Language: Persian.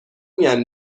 میان